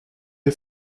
est